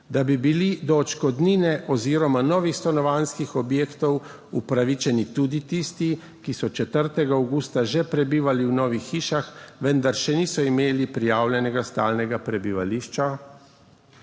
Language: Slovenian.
Da bi bili do odškodnine oziroma novih stanovanjskih objektov upravičeni tudi tisti, ki so 4. avgusta že prebivali v novih hišah, vendar še niso imeli prijavljenega stalnega prebivališča?